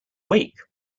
wake